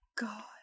god